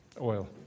oil